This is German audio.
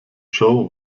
show